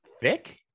thick